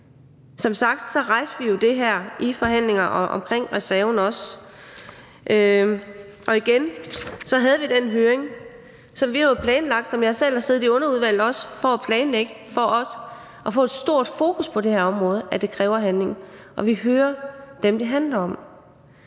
Som sagt rejste vi jo også det her i forhandlinger om reserven. Igen havde vi den høring, som vi jo har planlagt, og som jeg også selv har siddet i underudvalget for at planlægge for også at få et stort fokus på det her område, i forhold til at det kræver handling, så vi hører dem, det handler om.